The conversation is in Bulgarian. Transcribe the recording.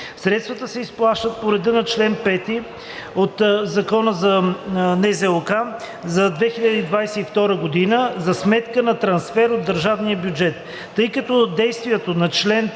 Средствата се изплащат по реда на чл. 5 от Закона за бюджета на НЗОК за 2022 г. за сметка на трансфер от държавния бюджет. Тъй като действието на чл. 5